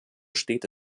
steht